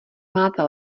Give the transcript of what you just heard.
máte